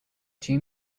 two